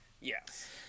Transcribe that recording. Yes